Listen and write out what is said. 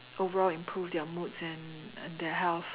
overall improve their moods and and their health